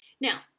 now